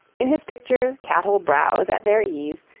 in his pictures, cattle browse at their ease,